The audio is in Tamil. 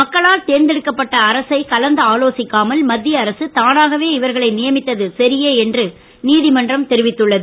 மக்களால் தேர்ந்தெடுக்கப்பட்ட அரசை கலந்து ஆலோசிக்காமல் மத்திய அரசு தானாகவே இவர்களை நியமித்து சரியே என்று நீதிமன்றம் தெரிவித்துள்ளது